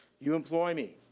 you employ me,